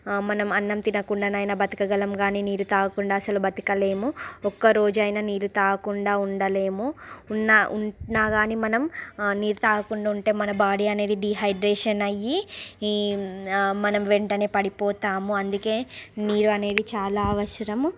మనం అన్నం తినకుండానైనా బ్రతకగలం కానీ నీరు తాగకుండా అసలు బ్రతకలేము ఒక్క రోజైనా నీరు తాగకుండా ఉండలేము ఉన్న ఉన్న కానీ మనం నీరు తాగకుండా ఉంటే మన బాడీ అనేది డిహైడ్రేషన్ అయి ఈ మనం వెంటనే పడిపోతాము అందుకే నీరు అనేది చాలా అవసరము